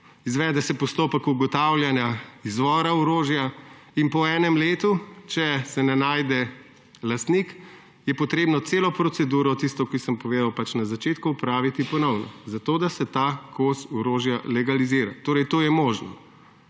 Izvede se postopek ugotavljanja izvora orožja. Po enem letu, če se ne najde lastnik, je treba celo proceduro, ki sem jo povedal na začetku, opraviti ponovno, da se ta kos orožja legalizira. To je možno.